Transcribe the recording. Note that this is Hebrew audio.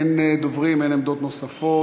אין דוברים, אין עמדות נוספות.